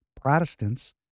Protestants